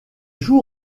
joue